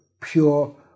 pure